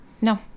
No